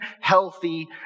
healthy